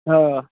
हँ